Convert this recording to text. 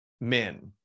men